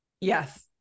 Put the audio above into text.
yes